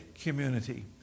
community